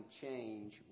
change